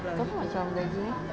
kenapa macam lagging eh